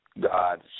God